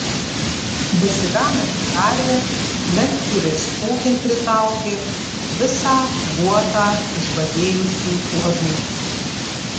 besigananti karvė lentpjūvės ūkin pritraukė visą guotą išbadėjusių uodų